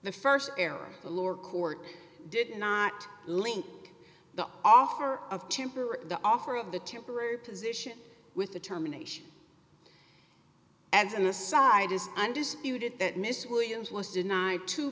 the st error the lower court did not link the offer of temporary the offer of the temporary position with determination as an aside is undisputed that miss williams was denied t